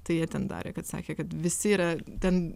tai jie ten darė kad sakė kad visi yra ten